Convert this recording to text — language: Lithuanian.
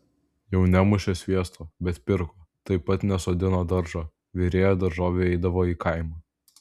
jau nemušė sviesto bet pirko taip pat nesodino daržo virėja daržovių eidavo į kaimą